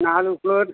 నాలుగు ఫ్లోర్